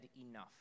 enough